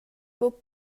buca